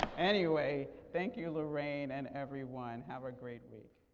anyway, thank you, laraine, and everyone. have a great week.